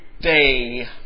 day